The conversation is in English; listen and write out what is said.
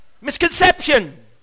misconception